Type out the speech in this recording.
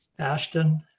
Ashton